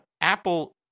Apple